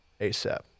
ASAP